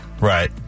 Right